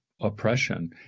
oppression